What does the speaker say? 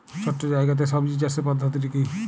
ছোট্ট জায়গাতে সবজি চাষের পদ্ধতিটি কী?